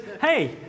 hey